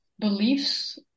beliefs